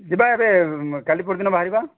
ଯିବା ଏବେ କାଲି ପରିଦିନ ବାହାରିବା